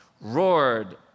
roared